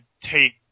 take